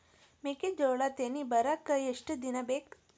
ಮೆಕ್ಕೆಜೋಳಾ ತೆನಿ ಬರಾಕ್ ಎಷ್ಟ ದಿನ ಬೇಕ್?